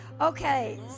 Okay